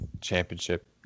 championship